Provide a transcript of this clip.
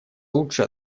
лучше